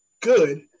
good